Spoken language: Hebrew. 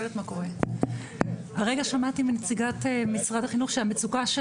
הרגע שמעתי מנציגת משרד החינוך שהמצוקה של